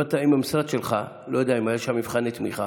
אם המשרד שלך, לא יודע אם היו שם מבחני תמיכה,